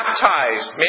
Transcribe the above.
baptized